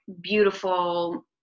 beautiful